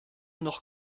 noch